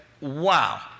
wow